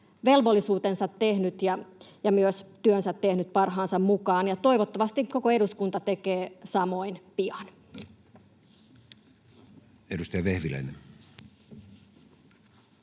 velvollisuutensa tehnyt ja myös työnsä tehnyt parhaansa mukaan, ja toivottavasti koko eduskunta tekee samoin pian. Edustaja Vehviläinen.